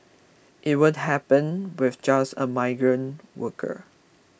it won't happen with just a migrant worker